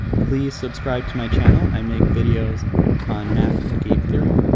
please subscribe to my channel. i make videos on math and game theory.